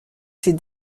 ses